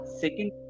second